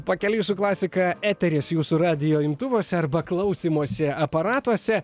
pakeliui su klasika eteris jūsų radijo imtuvuose arba klausymosi aparatuose